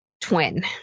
twin